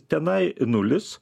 tenai nulis